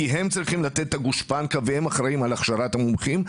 כי הם צריכים לתת את הגושפנקה והם אחראים על הכשרת המומחים,